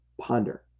ponder